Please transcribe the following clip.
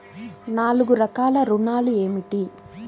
నాలుగు రకాల ఋణాలు ఏమిటీ?